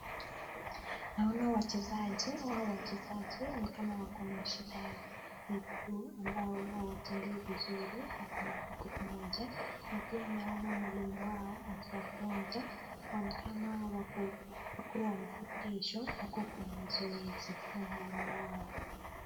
Naona wachezaji hao wachezaji wako na shida ya mguu ambao hao hawatembei vuzuri wako na mguu mmoja na pia naona mwalimu wao akiwafunza na ni kama wako mafundisho wako mazoezi na mwalimu wao.